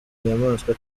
nyamaswa